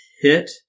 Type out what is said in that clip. hit